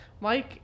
Mike